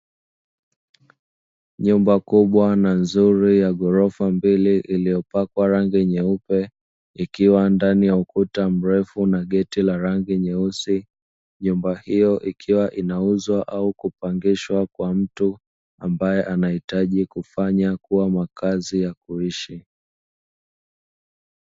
Nyumba kubwa na nzuri ya ghorofa mbili iliyopakwa rangi nyeupe, ikiwa ndani ya ukuta mrefu na geti la rangi nyeusi. Nyumba hiyo ikiwa inauzwa au kupangishwa kwa mtu ambaye anahitaji kufanya kuwa makazi ya kuishi.